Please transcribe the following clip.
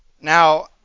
Now